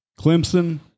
Clemson